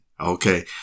okay